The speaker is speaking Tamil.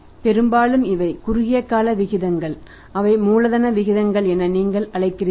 பெரும்பாலும் இவை குறுகிய கால விகிதங்கள் அவை மூலதன விகிதம் என நீங்கள் அழைக்கிறீர்கள்